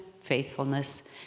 faithfulness